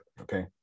Okay